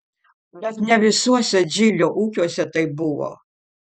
bet ne visuose džilio ūkiuose taip buvo